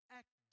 act